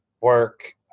work